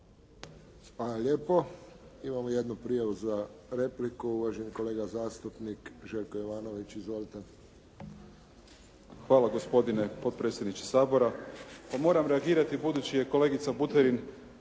Hvala lijepo. Imamo jednu prijavu za repliku, uvaženi kolega zastupnik Željko Jovanović. Izvolite. **Jovanović, Željko (SDP)** Hvala gospodine potpredsjedniče Sabora. Pa moram reagirati budući je kolegica Buterin